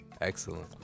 excellent